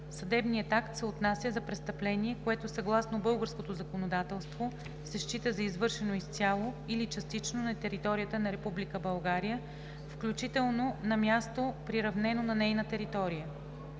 съдебният акт се отнася за престъпление, което съгласно българското законодателство се счита за извършено изцяло или частично на територията на Република България, включително на място, приравнено на нейна територия.